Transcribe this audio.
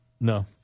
No